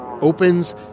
opens